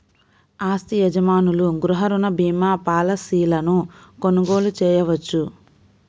ఆస్తి యజమానులు గృహ రుణ భీమా పాలసీలను కొనుగోలు చేయవచ్చు